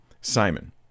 Simon